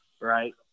right